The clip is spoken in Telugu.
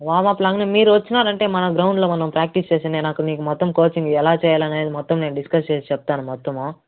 వామప్ లాగ మీరు వచ్చినారంటే మన గ్రౌండ్లో మనం ప్రాక్టీస్ చేసే నేను అక్కడ మొత్తం కోచింగ్ ఎలా చేయాలనేది మొత్తం నేను డిస్కస్ చేసి చెప్తాను మొత్తము